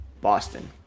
Boston